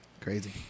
Crazy